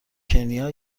کنیا